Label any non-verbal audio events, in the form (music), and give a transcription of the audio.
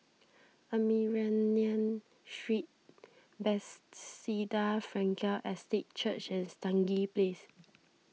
Armenian Street (unintelligible) Frankel Estate Church and Stangee Place